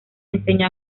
enseñó